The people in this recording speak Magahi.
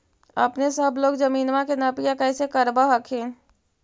अपने सब लोग जमीनमा के नपीया कैसे करब हखिन?